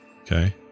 okay